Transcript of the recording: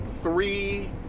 three